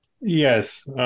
Yes